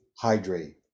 hydrate